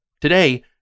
Today